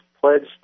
pledged